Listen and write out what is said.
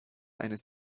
eines